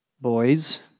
boys